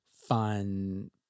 fun